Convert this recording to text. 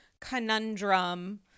conundrum